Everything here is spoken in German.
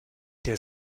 der